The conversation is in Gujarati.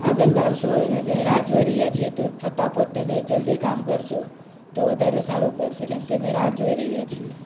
આગળ લાવશો ને અમે રાહ જોઈ રહ્યા છીએ તો ફટાફટ અને જલ્દી કામ કરશો તો વધારે સારું પડશે કેમકે અમે રાહ જોઈ રહ્યા છીએ